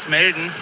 melden